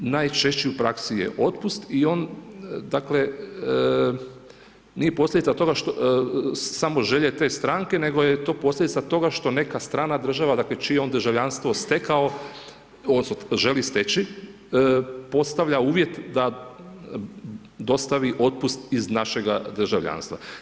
Najčešći u praksi je otpust i on dakle nije posljedica toga samo želje te stranke nego je to i posljedica toga što neka strana država, dakle čije je on državljanstvo stekao, želi steći postavlja uvjet da dostavi otpust iz našega državljanstva.